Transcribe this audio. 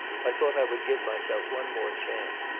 i thought i would give myself one more chance,